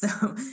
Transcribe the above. So-